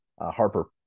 Harper